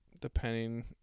depending